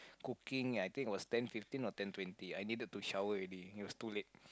cooking I think it was ten fifteen or ten twenty I needed to shower already it was too late